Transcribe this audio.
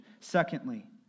Secondly